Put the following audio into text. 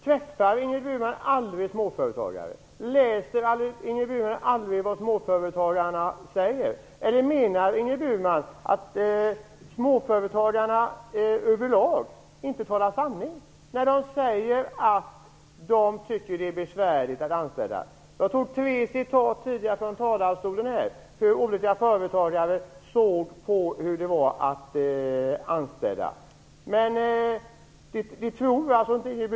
Träffar Ingrid Burman aldrig småföretagare? Läser Ingrid Burman aldrig vad småföretagarna säger? Eller menar Ingrid Burman att småföretagarna inte talar sanning när de säger att de tycker att det är besvärligt att anställa folk? Jag läste upp tre citat från talarstolen tidigare som visar hur olika företagare såg på detta att anställa folk. Men Ingrid Burman tror alltså inte på detta.